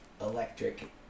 electric